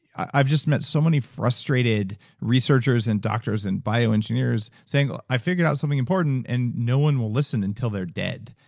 i've just met so many frustrated researchers and doctors and bioengineers saying, like i've figured out something important and no one will listen until they're dead.